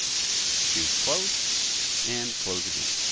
choose close and close again.